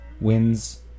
wins